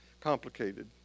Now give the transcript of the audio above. Complicated